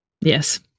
Yes